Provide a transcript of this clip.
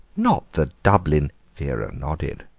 not the dublin? vera nodded.